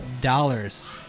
dollars